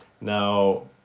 Now